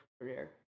career